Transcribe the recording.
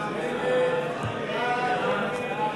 ההסתייגות